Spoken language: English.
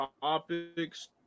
topics